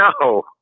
No